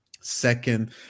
second